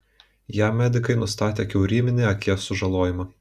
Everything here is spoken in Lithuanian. jam medikai nustatė kiauryminį akies sužalojimą